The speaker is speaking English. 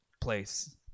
place